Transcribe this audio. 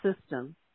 system